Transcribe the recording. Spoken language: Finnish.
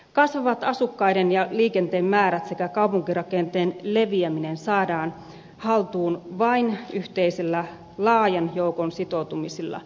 kasvavat asukkaiden ja liikenteen määrät sekä kaupunkirakenteen leviäminen saadaan haltuun vain yhteisellä laajan joukon sitoutumisella yhteisiin tavoitteisiin